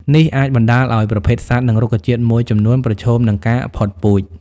នេះអាចបណ្ដាលឲ្យប្រភេទសត្វ និងរុក្ខជាតិមួយចំនួនប្រឈមនឹងការផុតពូជ។